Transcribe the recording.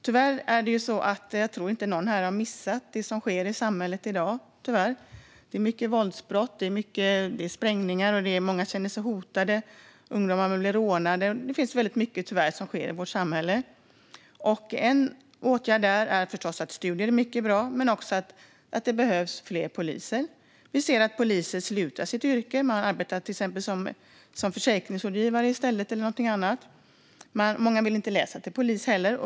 Jag tror inte att någon här har missat det som tyvärr sker i samhället i dag. Det begås många våldsbrott. Det sker sprängningar. Många känner sig hotade. Ungdomar blir rånade. Det är tyvärr väldigt mycket sådant som sker i vårt samhälle. Studier är förstås mycket bra, men det behövs också fler poliser. Vi ser att poliser slutar med sitt yrke och till exempel börjar arbeta som försäkringsrådgivare eller någonting annat i stället. Många vill inte läsa till polis.